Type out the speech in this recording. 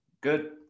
good